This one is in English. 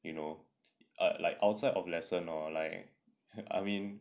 you know err like outside of lesson hor like I mean